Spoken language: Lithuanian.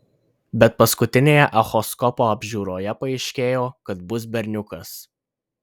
bet paskutinėje echoskopo apžiūroje paaiškėjo kad bus berniukas